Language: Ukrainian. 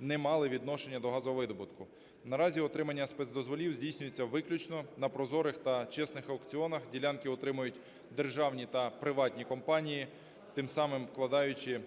не мали відношення до газовидобутку. Наразі отримання спецдозволів здійснюється виключно на прозорих та чесних аукціонах, ділянки отримують державні та приватні компанії, тим самим вкладаючи